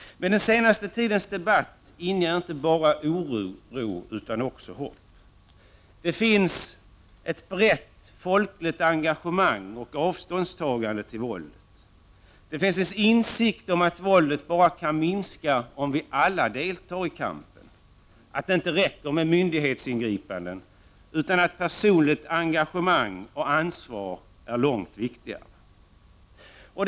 Men den senaste tidens debatt inger inte bara oro utan också hopp. Det finns ett brett, folkligt engagemang och ett avståndstagande i fråga om våldet. Det finns en insikt om att våldet bara kan minska om vi alla deltar i kampen, en insikt om att det inte räcker med myndighetsingripanden utan att personligt engagemang och ansvar är långt viktigare.